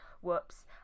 whoops